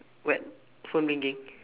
what phone ringing